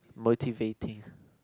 motivating